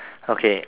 okay